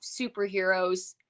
superheroes